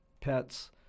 pets—